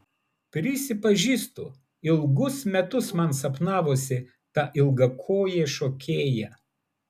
prisipažįstu ilgus metus man sapnavosi ta ilgakojė šokėja